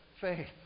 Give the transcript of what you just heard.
faith